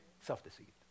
Self-deceived